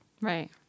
Right